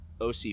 OC